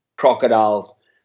crocodiles